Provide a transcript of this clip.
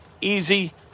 Easy